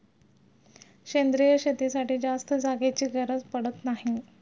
सेंद्रिय शेतीसाठी जास्त जागेची गरज पडत नाही